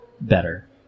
better